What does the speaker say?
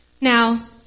Now